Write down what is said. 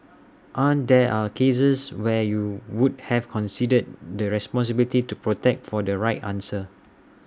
aren't there cases where you would have considered the responsibility to protect for the right answer